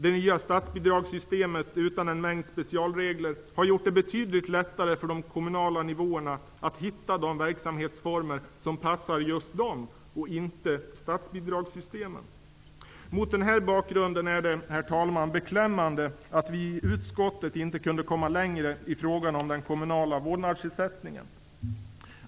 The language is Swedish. Det nya statsbidragssystemet, utan en mängd specialregler, har gjort det betydligt lättare för de kommunala nivåerna att hitta de verksamhetsformer som passar just dem, inte statsbidragssystemen. Mot den bakgrunden är det, herr talman, beklämmande att vi i utskottet inte kunde komma längre i frågan om den kommunala vårdnadsersättningen.